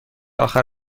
آخر